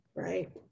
Right